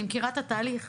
אני מכירה את התהליך,